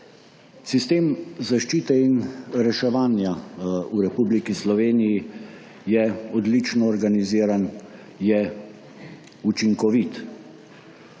Sistem zaščite in reševanja v Republiki Sloveniji je odlično organiziran, je učinkovit.